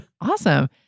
Awesome